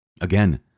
Again